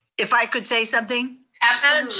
if i could say something?